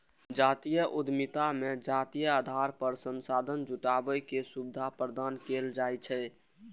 जातीय उद्यमिता मे जातीय आधार पर संसाधन जुटाबै के सुविधा प्रदान कैल जाइ छै